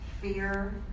fear